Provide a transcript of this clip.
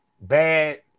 bad